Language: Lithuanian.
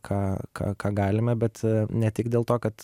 ką ką ką galime bet ne tik dėl to kad